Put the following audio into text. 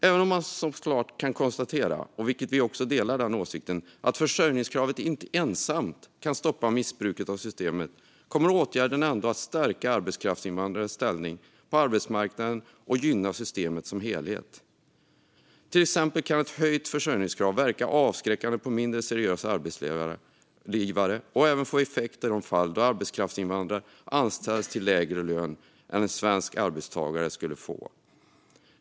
Även om det går att konstatera, och vi delar den åsikten, att försörjningskravet inte ensamt kan stoppa missbruket av systemet kommer åtgärden ändå att stärka arbetskraftsinvandrares ställning på arbetsmarknaden och gynna systemet som helhet. Till exempel kan ett höjt försörjningskrav verka avskräckande på mindre seriösa arbetsgivare och även få effekt i de fall då arbetskraftsinvandrare anställs till lägre lön än en svensk arbetstagare skulle få.